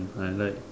I like